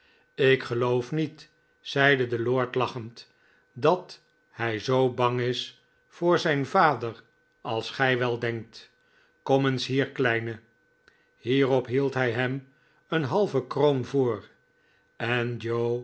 lk geloof niet zeide de lord lachend dat hij zoo bang is voor zijn vader als gij wel denkt kom eens hier kleine hierop hield hij hem eene halve kroon voor en